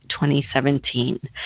2017